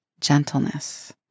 gentleness